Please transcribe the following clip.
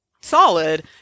solid